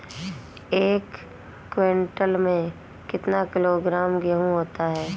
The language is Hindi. एक क्विंटल में कितना किलोग्राम गेहूँ होता है?